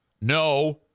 No